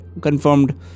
confirmed